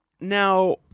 Now